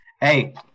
Hey